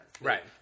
Right